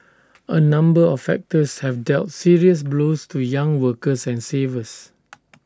A number of factors have dealt serious blows to young workers and savers